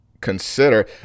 consider